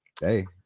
Hey